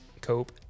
Cope